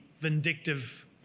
vindictive